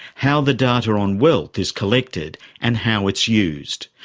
how the data on wealth is collected and how it's used.